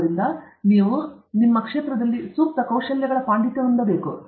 ಆದ್ದರಿಂದ ನೀವು ಕ್ಷೇತ್ರದಲ್ಲಿ ಸೂಕ್ತ ಕೌಶಲ್ಯಗಳ ಪಾಂಡಿತ್ಯ ಹೊಂದಬೇಕು